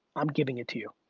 i'm giving it to you.